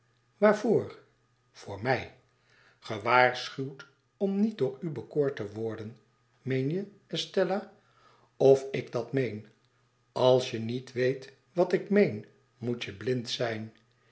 voor my gewaarschuwd om niet door u bekoord te worden meen je estella of ik dat meen als je niet weet wat ik meen moet je blind zijn